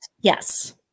Yes